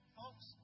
folks